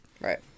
Right